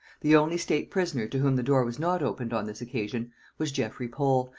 the only state prisoner to whom the door was not opened on this occasion was geffrey pole,